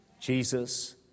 Jesus